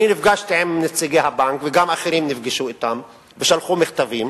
אני נפגשתי עם נציגי הבנק וגם אחרים נפגשו אתם ושלחו מכתבים,